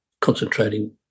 concentrating